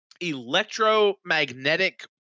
electromagnetic